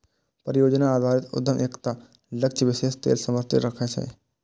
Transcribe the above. परियोजना आधारित उद्यम एकटा लक्ष्य विशेष लेल समर्पित रहै छै